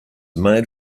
made